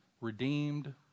redeemed